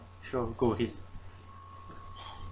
sure go ahead